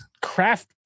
craft